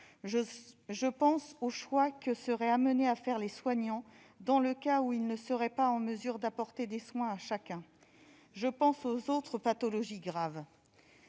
Je pense aux choix que seraient amenés à faire les soignants dans le cas où ils ne seraient pas en mesure d'apporter des soins à chacun, ou encore aux patients